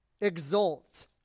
Exult